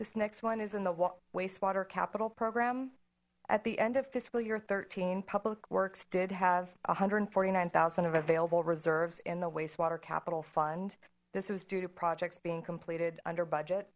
this next one is in the wastewater capital program at the end of fiscal year thirteen public works did have one hundred and forty nine thousand of available reserves in the wastewater capital fund this was due to projects being completed under budget